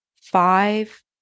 five